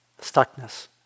stuckness